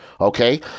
Okay